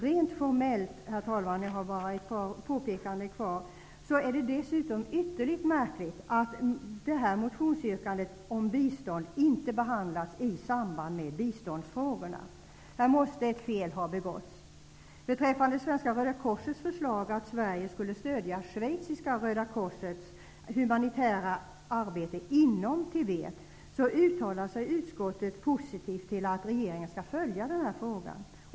Rent formellt är det dessutom ytterligt märkligt att det här motionsyrkandet om bistånd inte behandlas i samband med biståndsfrågorna. Här måste ett fel ha begåtts. Sverige skulle stödja Schweiziska röda korsets humanitära arbete inom Tibet uttalar sig utskottet positivt till att regeringen skall följa den frågan.